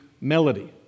melody